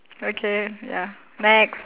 okay ya next